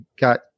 got